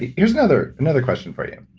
here's another another question for you.